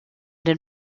den